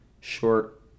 Short